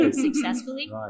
successfully